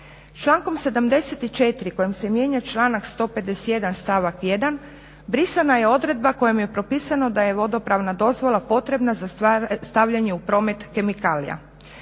Člankom 74. kojim se mijenja članak 151. stavak 1. brisana je odredba kojom je propisano da je vodopravna dozvola potrebna za stavljanje u promet kemikalija.